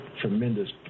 tremendous